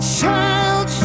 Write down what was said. child